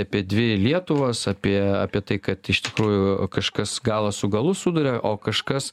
apie dvi lietuvas apie apie tai kad iš tikrųjų kažkas galą su galu suduria o kažkas